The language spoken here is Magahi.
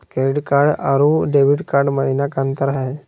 क्रेडिट कार्ड अरू डेबिट कार्ड महिना का अंतर हई?